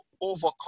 overcome